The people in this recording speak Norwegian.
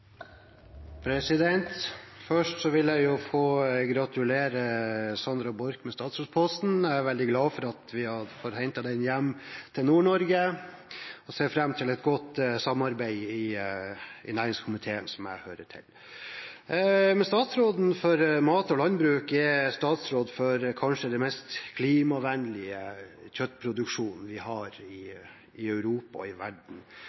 veldig glad for at vi har fått hentet den hjem til Nord-Norge, og jeg ser fram til et godt samarbeid i næringskomiteen, som jeg hører til. Statsråden for mat og landbruk er statsråd for kanskje den mest klimavennlige kjøttproduksjonen vi har i Europa og i verden,